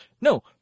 No